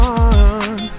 one